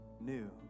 new